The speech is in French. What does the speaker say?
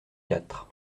quatre